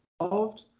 involved